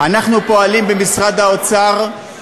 אנחנו פועלים במשרד האוצר,